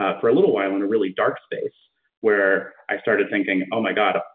ah for a little while, in a really dark space where i started thinking, oh my god,